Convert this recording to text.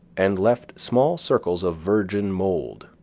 and left small circles of virgin mould,